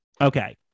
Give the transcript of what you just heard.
Okay